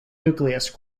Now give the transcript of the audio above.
nucleus